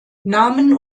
namen